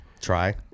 try